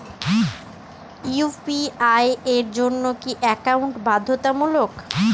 UPI এর জন্য কি একাউন্ট বাধ্যতামূলক?